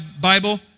Bible